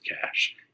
cash